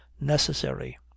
necessary